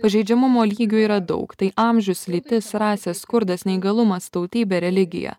pažeidžiamumo lygio yra daug tai amžius lytis rasė skurdas neįgalumas tautybė religija